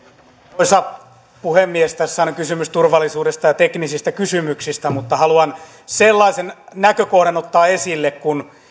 arvoisa puhemies tässähän on kysymys turvallisuudesta ja teknisistä kysymyksistä mutta haluan sellaisen näkökohdan ottaa esille kun